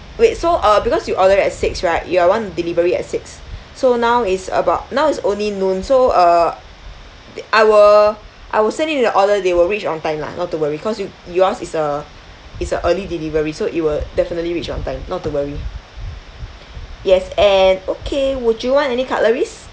wait so uh because you order at six right you are want delivery at six so now is about now is only noon so uh I will I will send in the order they will reach on time lah not to worry cause you yours is a is a early delivery so it will definitely reach on time not to worry yes and okay would you want any cutleries